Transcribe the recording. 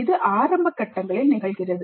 இது ஆரம்ப கட்டங்களில் நிகழ்கிறது